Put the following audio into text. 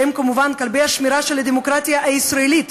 שהם כמובן כלבי השמירה של הדמוקרטיה הישראלית,